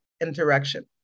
interaction